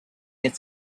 its